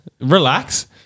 relax